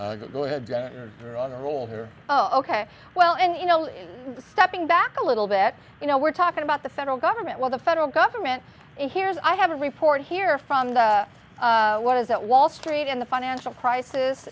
are oh ok well and you know stepping back a little bit you know we're talking about the federal government well the federal government here is i have a report here from the what is that wall street in the financial crisis